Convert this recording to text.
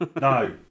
No